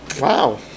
Wow